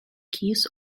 keys